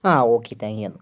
ആ okay thank you എന്നാ